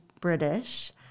British